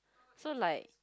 so like